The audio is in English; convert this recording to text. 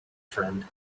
friend